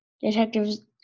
detectives